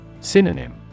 Synonym